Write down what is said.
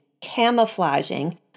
camouflaging